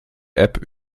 app